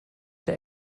der